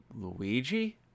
Luigi